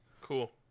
Cool